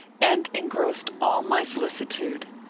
and engrossed all my solicitude.